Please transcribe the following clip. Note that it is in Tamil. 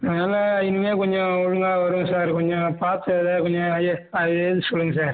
அதனால் இனிமே கொஞ்சம் ஒழுங்காக வருவேன் சார் கொஞ்சம் பார்த்து எதாவது கொஞ்சம் எ எழுத சொல்லுங்கள் சார்